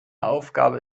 aufgabe